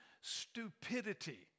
stupidity